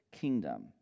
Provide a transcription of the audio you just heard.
kingdom